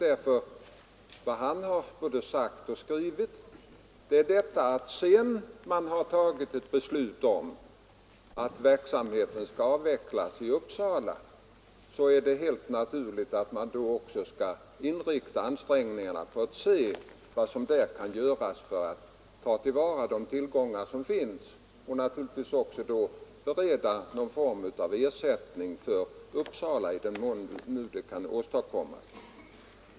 Han har nämligen både sagt och skrivit att sedan man har tagit ett beslut om att verksamheten skall avvecklas i Uppsala, är det helt naturligt att man då också skall inrikta ansträngningarna på att se vad som där kan göras för att ta till vara de tillgångar som finns och naturligtvis också bereda Uppsala någon form av ersättning, i den mån det nu kan åstadkommas.